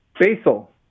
basil